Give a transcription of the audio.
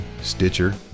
Stitcher